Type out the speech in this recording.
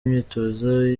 imyitozo